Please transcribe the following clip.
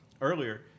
earlier